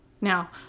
Now